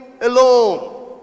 alone